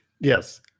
Yes